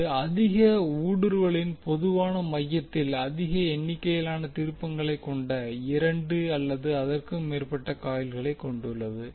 இது அதிக ஊடுருவலின் பொதுவான மையத்தில் அதிக எண்ணிக்கையிலான திருப்பங்களைக் கொண்ட இரண்டு அல்லது அதற்கு மேற்பட்ட காயில்களை கொண்டுள்ளது